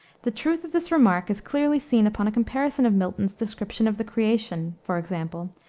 the truth of this remark is clearly seen upon a comparison of milton's description of the creation, for example,